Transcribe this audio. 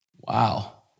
Wow